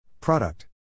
Product